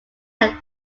can